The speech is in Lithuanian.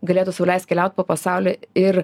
galėtų sau leist keliaut po pasaulį ir